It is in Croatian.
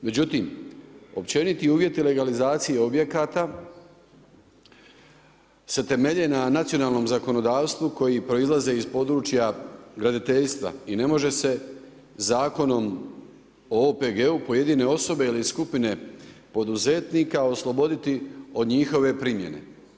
Međutim, općeniti uvjeti legalizacije objekata se temelje na nacionalnom zakonodavstvu koji proizlaze iz područja graditeljstva i ne može se Zakonom o OPG-u pojedine osobe ili skupine poduzetnika osloboditi od njihove primjene.